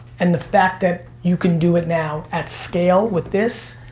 and the fact that you can do it now, at scale, with this,